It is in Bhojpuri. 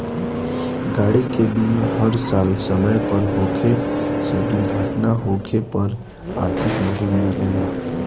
गाड़ी के बीमा हर साल समय पर होखे से दुर्घटना होखे पर आर्थिक मदद मिलेला